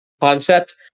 concept